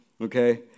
okay